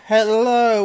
Hello